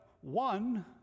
one